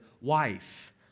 wife